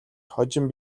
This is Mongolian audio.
хожим